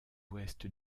ouest